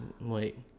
wait